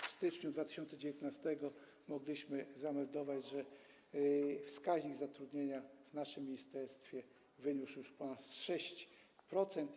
W styczniu 2019 r. mogliśmy zameldować, że wskaźnik zatrudnienia w naszym ministerstwie wyniósł już ponad 6%.